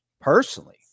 personally